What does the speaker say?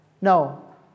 No